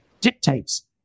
dictates